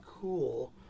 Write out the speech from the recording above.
cool